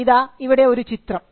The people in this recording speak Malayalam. ഇതാ ഇവിടെ ഒരു ചിത്രം